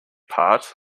part